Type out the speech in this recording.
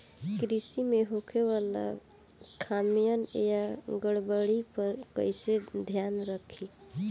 कृषि में होखे वाला खामियन या गड़बड़ी पर कइसे ध्यान रखि?